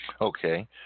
Okay